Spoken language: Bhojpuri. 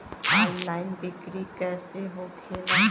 ऑनलाइन बिक्री कैसे होखेला?